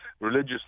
religious